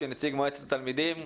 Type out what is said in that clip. נציג מועצת התלמידים,